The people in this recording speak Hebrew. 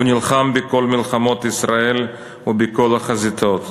הוא נלחם בכל מלחמות ישראל ובכל החזיתות.